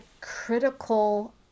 critical